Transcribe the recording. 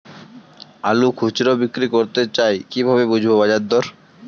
আলু খুচরো বিক্রি করতে চাই কিভাবে বুঝবো বাজার দর?